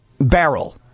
barrel